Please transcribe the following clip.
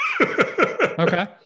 Okay